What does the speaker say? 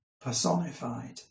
personified